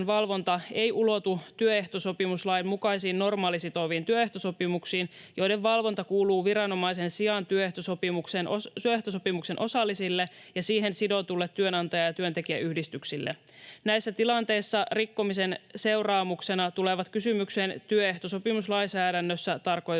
ei ulotu työehtosopimuslain mukaisiin normaalisitoviin työehtosopimuksiin, joiden valvonta kuuluu viranomaisen sijaan työehtosopimuksen osallisille ja siihen sidotuille työnantaja- ja työntekijäyhdistyksille. Näissä tilanteissa rikkomisen seuraamuksena tulevat kysymykseen työehtosopimuslainsäädännössä tarkoitetut